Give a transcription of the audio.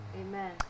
Amen